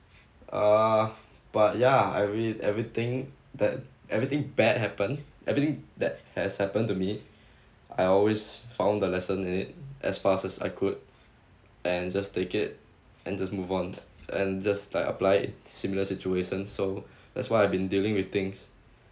uh but ya I mean everything that everything bad happened everything that has happened to me I always found the lesson in it as fast as I could and just take it and just move on and just like apply it similar situation so that's why I've been dealing with things